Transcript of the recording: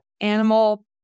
animal